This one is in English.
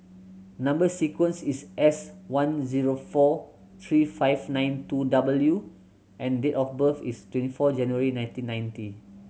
number sequence is S one zero four three five nine two W and date of birth is twenty four January nineteen ninety